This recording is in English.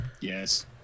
Yes